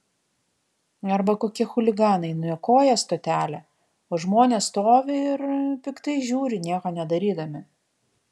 arba kokie chuliganai niokoja stotelę o žmonės stovi ir piktai žiūri nieko nedarydami